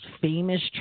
famous